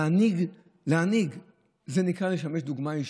להנהיג זה נקרא לשמש דוגמה אישית,